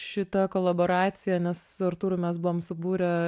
šita kolaboracija nes su artūru mes buvom subūrę